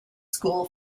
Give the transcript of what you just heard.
school